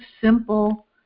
simple